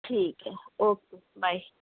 ਠੀਕ ਹੈ okay bye